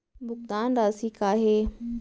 भुगतान राशि का हे?